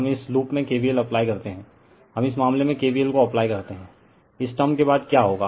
हम इस लूप में KVL अप्लाई करते हैं हम इस मामले में KVLको अप्लाई करते हैं इस टर्म के बाद क्या होगा